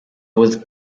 was